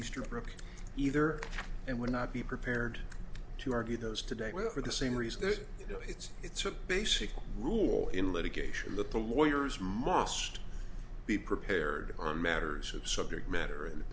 easterbrook either and would not be prepared to argue those today with for the same reason that it's it's a basic rule in litigation that the lawyers must be prepared on matters of subject matter and